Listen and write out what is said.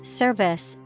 service